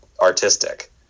artistic